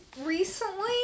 recently